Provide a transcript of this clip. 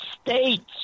States